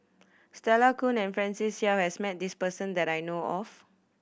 Stella Kon and Francis Seow has met this person that I know of